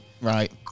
right